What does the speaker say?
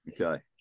Okay